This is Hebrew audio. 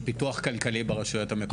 פיתוח כלכלי ברשויות המקומיות.